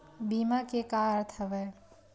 बीमा के का अर्थ हवय?